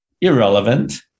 irrelevant